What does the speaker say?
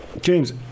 James